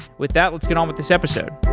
with that, let's get on with this episode.